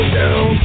down